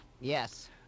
Yes